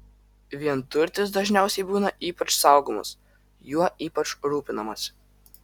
vienturtis dažniausiai būna ypač saugomas juo ypač rūpinamasi